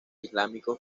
islámicos